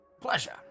Pleasure